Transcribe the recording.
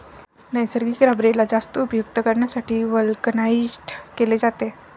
नैसर्गिक रबरेला जास्त उपयुक्त करण्यासाठी व्हल्कनाइज्ड केले जाते